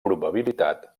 probabilitat